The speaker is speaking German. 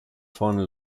vorne